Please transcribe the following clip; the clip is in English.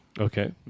okay